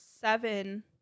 seven